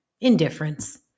indifference